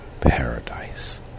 paradise